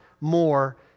more